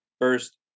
first